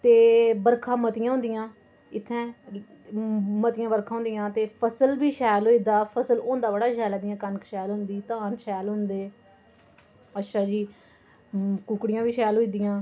ते बरखा मतियां होंदियां इ'त्थें मतियां बरखां होंदियां ते फसल बी शैल होई दा फसल होंदा बड़ा शैल जि'यां कनक शैल होंदी धान शैल होंदे अच्छा जी कुकड़ियां बी शैल होई दियां